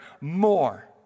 more